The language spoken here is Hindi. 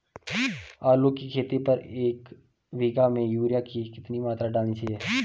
आलू की खेती पर एक बीघा में यूरिया की कितनी मात्रा डालनी चाहिए?